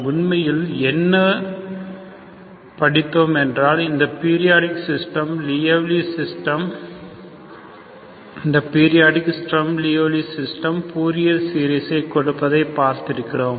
உண்மையில் என்ன படித்தோம் என்றால் இந்த periodic Sturm Liouville system Fourier சீரிசை கொடுப்பதை படித்திருக்கிறோம்